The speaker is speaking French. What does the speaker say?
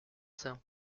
sein